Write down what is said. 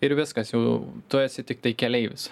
ir viskas jau tu esi tiktai keleivis